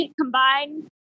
combined